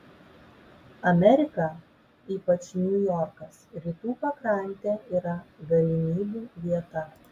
amerika ypač niujorkas rytų pakrantė yra galimybių vieta